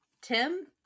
Tim